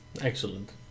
Excellent